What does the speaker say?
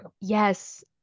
yes